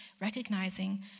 recognizing